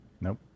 Nope